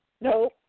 No